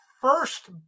first